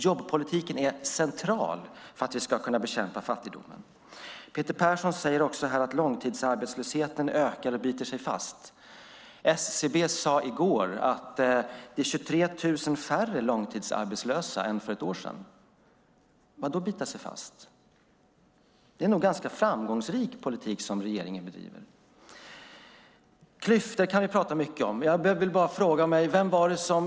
Jobbpolitiken är central för att vi ska kunna bekämpa fattigdomen. Peter Persson sade att långtidsarbetslösheten ökar och biter sig fast. SCB sade i går att det är 23 000 färre långtidsarbetslösa än för ett år sedan. Vadå "biter sig fast"? Det är nog en ganska framgångsrik politik som regeringen bedriver. Klyftor kan vi tala mycket om.